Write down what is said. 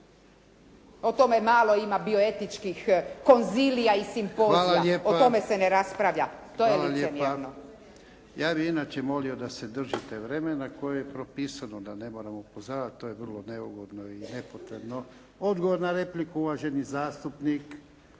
O tome malo ima bioetičkih konzilija i simpozija. O tome se ne raspravlja. To je licemjerno. **Jarnjak, Ivan (HDZ)** Hvala lijepa. Ja bih inače molio da se držite vremena koje je propisano da ne moramo upozoravati. To je vrlo neugodno i nepotrebno. Odgovor na repliku uvaženi zastupnik